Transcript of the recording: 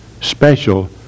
special